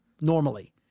normally